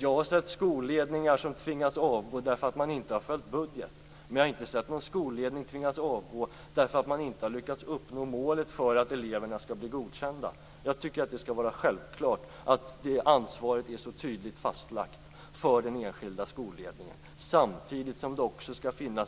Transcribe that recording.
Jag har sett skolledningar tvingas avgå därför att de inte har följt budgeten. Däremot har jag inte sett någon skolledning tvingas avgå därför att man inte har lyckats uppnå målet för att eleverna skall bli godkända. Jag tycker att det skall vara en självklarhet att det ansvaret är tydligt fastlagt för den enskilda skolledningen, samtidigt som det